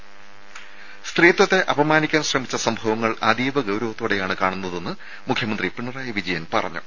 ദേദ സ്ത്രീത്വത്തെ അപമാനിക്കാൻ ശ്രമിച്ച സംഭവങ്ങൾ അതീവ ഗൌരവത്തോടെയാണ് കാണുന്നതെന്ന് മുഖ്യമന്ത്രി പിണറായി വിജയൻ പറഞ്ഞു